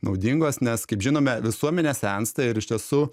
naudingos nes kaip žinome visuomenė sensta ir iš tiesų